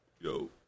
Yo